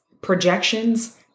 projections